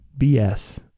BS